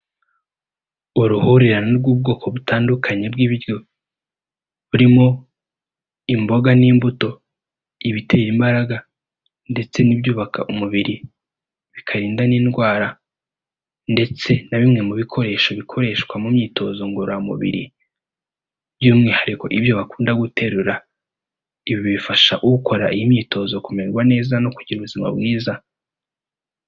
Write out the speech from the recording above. Uruhurirane rw'ubwoko butandukanye bw'ibiryo, burimo imboga n'imbuto, ibitera imbaraga ndetse n'ibyubaka umubiri, bikarinda n'indwara ndetse na bimwe mu bikoresho bikoreshwa mu myitozo ngororamubiri, by'umwihariko ibyo bakunda guterura. Ibi bifasha ukora imyitozo kumererwa neza no kugira ubuzima bwiza.